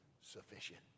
sufficient